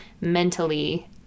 mentally